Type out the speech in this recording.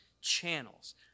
channels